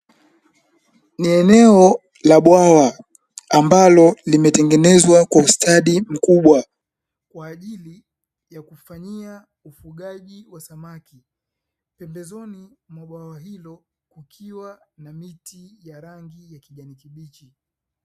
Ni eneo la bwawa ambalo limetengenezwa kwa ustadi mkubwa, kwa ajili ya kufanyia ufugaji wa samaki. Pembezoni mwa bwawa hilo kukiwa na miti ya rangi ya kijani kibichi.